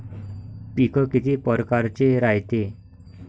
पिकं किती परकारचे रायते?